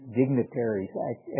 dignitaries